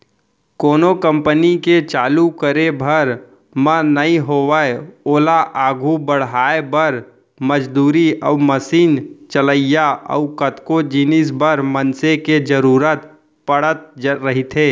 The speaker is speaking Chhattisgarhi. कोनो कंपनी के चालू करे भर म नइ होवय ओला आघू बड़हाय बर, मजदूरी अउ मसीन चलइया अउ कतको जिनिस बर मनसे के जरुरत पड़त रहिथे